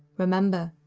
remember,